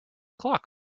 clock